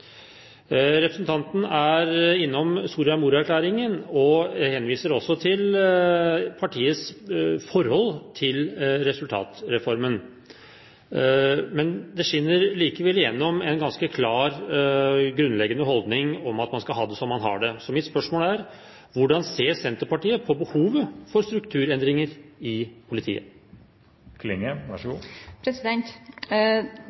Representanten er innom Soria Moria-erklæringen og henviser også til partiets forhold til resultatreformen. Men det skinner likevel igjennom en ganske klar grunnleggende holdning om at man skal ha det som man har det. Så mitt spørsmål er: Hvordan ser Senterpartiet på behovet for strukturendringer i politiet?